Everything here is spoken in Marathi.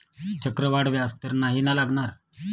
चक्रवाढ व्याज तर नाही ना लागणार?